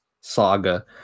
saga